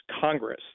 Congress